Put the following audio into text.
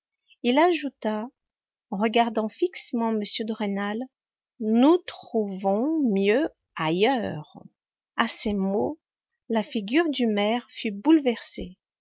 il ajouta en regardant fixement m de rênal nous trouvons mieux ailleurs a ces mots la figure du maire fut bouleversée